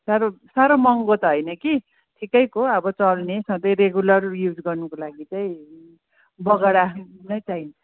साह्रो साह्रो महँगो त होइन कि ठिकैको अब चल्ने सधैँ रेगुलर युस गर्नुको लागि चाहिँ बगडा नै चाहिन्छ